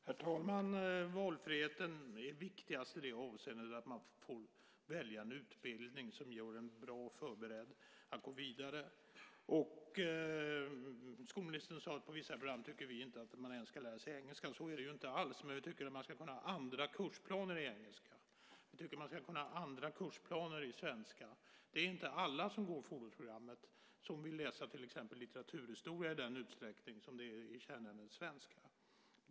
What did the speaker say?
Herr talman! Valfriheten är viktigast i det avseendet att man får välja en utbildning som gör en bra förberedd att gå vidare. Skolministern sade att vi tycker att man på vissa program inte ens ska lära sig engelska. Så är det inte alls. Men vi tycker att man ska kunna ha andra kursplaner i engelska. Jag tycker att man ska kunna ha andra kursplaner i svenska. Det är inte alla som går fordonsprogrammet som vill läsa till exempel litteraturhistoria i den utsträckning som gäller i kärnämnet svenska.